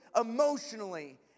emotionally